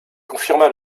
confirma